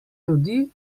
rodi